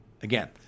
Again